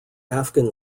afghan